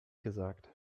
gesagt